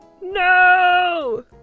No